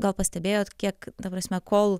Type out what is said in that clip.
gal pastebėjot kiek ta prasme kol